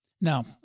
Now